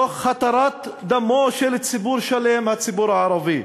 תוך התרת דמו של ציבור שלם, הציבור הערבי.